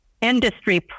industry